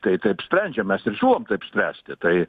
tai taip sprendžiam mes ir siūlom taip spręsti tai